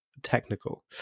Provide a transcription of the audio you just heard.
technical